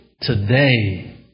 today